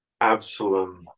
Absalom